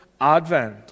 advent